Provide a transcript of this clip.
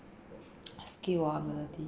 skill or ability